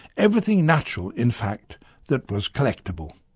everything natural in fact that was collectable.